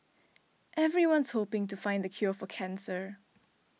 everyone's hoping to find the cure for cancer